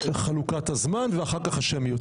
חלוקת הזמן ואחר כך השמיות.